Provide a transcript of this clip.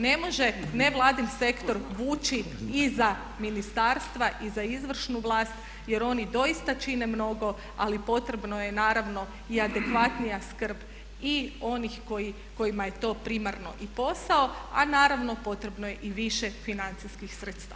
Ne može nevladin sektor vuči i za ministarstva i za izvršnu vlast, jer oni doista čine mnogo, ali potrebno je naravno i adekvatnija skrb i onih kojima je to primarno i posao, a naravno potrebno je i više financijskih sredstava.